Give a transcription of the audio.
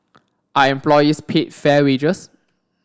are employees paid fair wages